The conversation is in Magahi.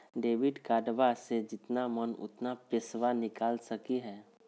डेबिट कार्डबा से जितना मन उतना पेसबा निकाल सकी हय?